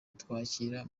kutwakira